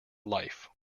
life